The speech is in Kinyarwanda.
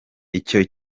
icyo